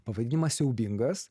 pavadinimas siaubingas